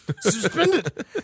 Suspended